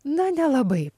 na nelabai